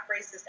racist